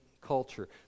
culture